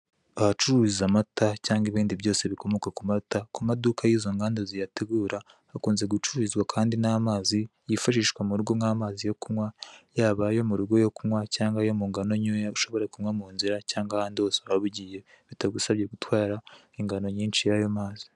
Ahacururizwa amata cyangwa ibindi byose bikomoka kumata kumaduka yizo nganda ziyategura hakunze gucururizwa kandi namazi yifashishwa murugo nkamazi yo kunkwa yaba ayo murugo yo kunkwa cyangwa ayo mungano ntoya ushobora kunkwa munzira cyangwa ahandi hose waba ugiye bitagusabye gutwara ingano nyinshi yayo mazi.